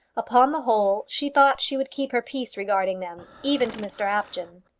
upon the whole, she thought she would keep her peace regarding them, even to mr apjohn.